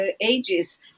ages